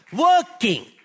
working